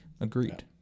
Agreed